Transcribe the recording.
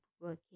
working